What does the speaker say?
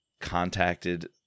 contacted